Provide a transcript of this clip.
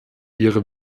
ihre